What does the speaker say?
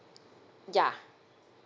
yeah